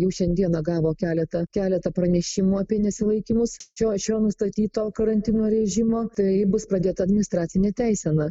jau šiandieną gavo keletą keletą pranešimų apie nesilaikymus šio šio nustatyto karantino režimo tai bus pradėta administracinė teisena